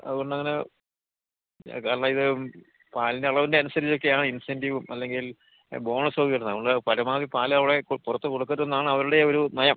അതുകൊണ്ട് അങ്ങനെ കാരണം ഇത് പാലിൻ്റെ അളവിൻ്റ അനുസരിച്ചൊക്കെയാണ് ഇൻസെൻറ്റീവും അല്ലെങ്കിൽ ബോണസൊക്കെ വരുന്നത് അതുകൊണ്ട് പരമാവധി പാൽ അവിടെ പുറത്ത് കൊടുക്കരുതെന്നാണ് അവരുടെ ഒരു നയം